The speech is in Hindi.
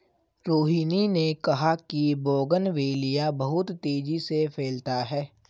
रोहिनी ने कहा कि बोगनवेलिया बहुत तेजी से फैलता है